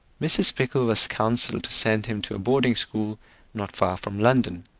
mrs. pickle was counselled to send him to a boarding-school not far from london,